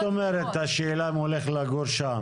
מה זאת אומרת השאלה אם הוא הולך לגור שם?